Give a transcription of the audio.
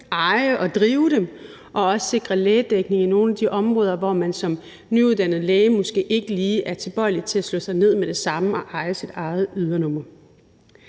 eje og drive dem, og også sikre lægedækning i nogle af de områder, hvor man som nyuddannet læge måske ikke lige er tilbøjelig til at slå sig ned med det samme og eje sit eget ydernummer.